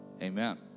Amen